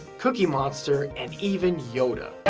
cookie monster, and even yoda.